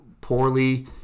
poorly